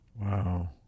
Wow